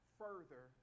further